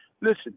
Listen